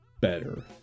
better